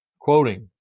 Quoting